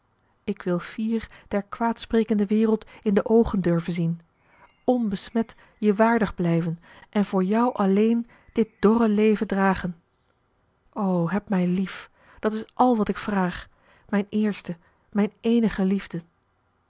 ik wil fier der kwaadsprekende wereld in de oogen durven zien onbesmet je waardig blijven en voor jou alleen dit dorre leven dragen o heb mij lief dat is al wat ik vraag mijn eerste mijn eenige liefde